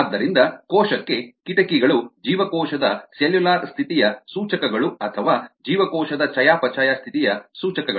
ಆದ್ದರಿಂದ ಕೋಶಕ್ಕೆ ಕಿಟಕಿಗಳು ಜೀವಕೋಶದ ಸೆಲ್ಯುಲಾರ್ ಸ್ಥಿತಿಯ ಸೂಚಕಗಳು ಅಥವಾ ಜೀವಕೋಶದ ಚಯಾಪಚಯ ಸ್ಥಿತಿಯ ಸೂಚಕಗಳು